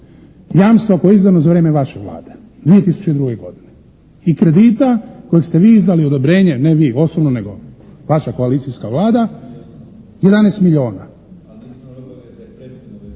jamstva koje je izdano za vrijeme vaše Vlade 2002. godine i kredita kojeg ste vi izdali odobrenje, ne vi osobno, nego vaša koalicijska Vlada, 11 milijuna.